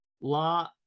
La